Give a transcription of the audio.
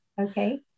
Okay